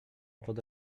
pod